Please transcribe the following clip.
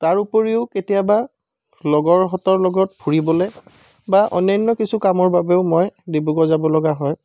তাৰ উপৰিও কেতিয়াবা লগৰহঁতৰ লগত ফুৰিবলৈ বা অন্যান্য কিছু কামৰ বাবেও মই ডিব্ৰুগড় যাব লগা হয়